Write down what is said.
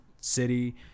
city